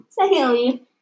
Secondly